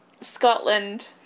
Scotland